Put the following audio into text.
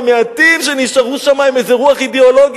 המעטים שנשארו שם עם איזה רוח אידיאולוגית,